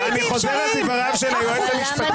היא מאשרת ליו"ר פשוט להקריא את מספרי הרוויזיה.